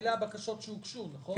אלה הבקשות שהוגשו, נכון?